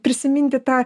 prisiminti tą